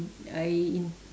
I in